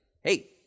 hey